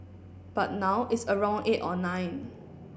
but now it's around eight or nine